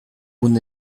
bon